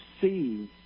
see